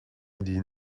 din